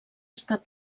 estat